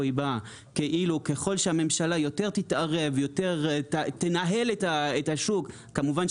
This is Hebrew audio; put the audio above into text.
היא באה כאילו ככל שהממשלה תתערב יותר ותנהל יותר את השוק כמובן,